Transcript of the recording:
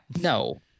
No